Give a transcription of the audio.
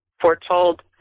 foretold